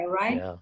right